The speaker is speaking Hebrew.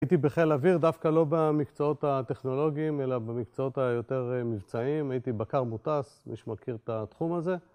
הייתי בחיל אוויר דווקא לא במקצועות הטכנולוגיים, אלא במקצועות היותר מבצעיים הייתי בקר מוטס, מי שמכיר את התחום הזה